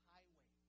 Highway